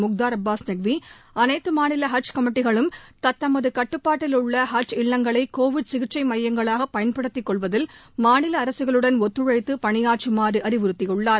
முக்தார் அப்பாஸ் நக்வி அனைத்து மாநில ஹஜ் கமிட்டிகளும் தத்தமது கட்டுப்பாட்டில் உள்ள ஹஜ் இல்லங்களை கோவிட் சிகிச்சை மையங்களாக பயன்படுத்திக் கொள்வதில் மாநில அரசுகளுடன் ஒத்துழைத்து பணிபாற்றுமாறு அறிவுறுத்தியுள்ளார்